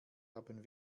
haben